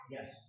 Yes